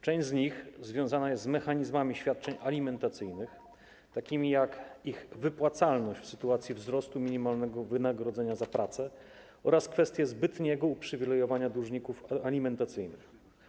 Część z nich związana jest z mechanizmami świadczeń alimentacyjnych, takimi jak ich wypłacalność w sytuacji wzrostu minimalnego wynagrodzenia za pracę oraz kwestie zbytniego uprzywilejowania dłużników alimentacyjnych.